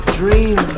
dream